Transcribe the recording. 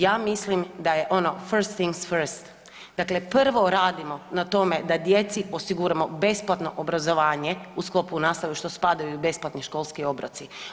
Ja mislim da je ono first in first, dakle prvo radimo na tome da djeci osiguramo besplatno obrazovanje u sklopu nastave u što spadaju i besplatni školski obroci.